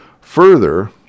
Further